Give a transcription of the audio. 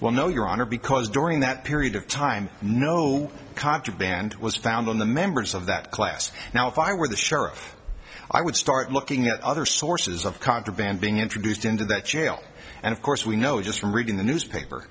well no your honor because the during that period of time no contraband was found on the members of that class now if i were the sheriff i would start looking at other sources of contraband being introduced into that jail and of course we know just from reading the newspaper